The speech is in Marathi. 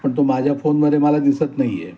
पण तो माझ्या फोनमध्ये मला दिसत नाही आहे